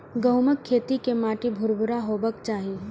गहूमक खेत के माटि भुरभुरा हेबाक चाही